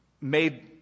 made